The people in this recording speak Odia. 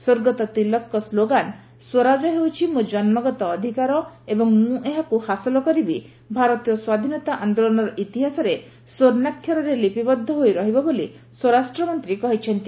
ସ୍ୱର୍ଗତ ତିଲକଙ୍କ ସ୍କୋଗାନ 'ସ୍ୱରାଜ ହେଉଛି ମୋ ଜନ୍କଗତ ଅଧିକାର ଏବଂ ମୁଁ ଏହାକୁ ହାସଲ କରିବି' ଭାରତୀୟ ସ୍ୱାଧୀନତା ଆନ୍ଦୋଳନର ଇତିହାସରେ ସ୍ୱର୍ଷାକ୍ଷରରେ ଲିପିବଦ୍ଧ ହୋଇ ରହିବ ବୋଲି ସ୍ୱରାଷ୍ଟ ମନ୍ତୀ କହିଛନ୍ତି